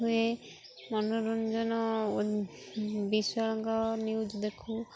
ହୁଏ ମନୋରଞ୍ଜନ ଓ ବିଷୟଙ୍ଗ ନ୍ୟୁଜ୍ ଦେଖୁ